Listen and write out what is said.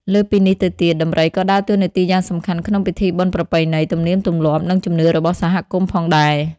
លើសពីនេះទៅទៀត ដំរីក៏ដើរតួនាទីយ៉ាងសំខាន់ក្នុងពិធីបុណ្យប្រពៃណី ទំនៀមទម្លាប់ និងជំនឿរបស់សហគមន៍ផងដែរ។